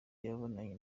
yabonanye